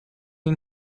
این